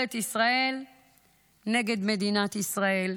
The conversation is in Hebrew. ממשלת ישראל נגד מדינת ישראל.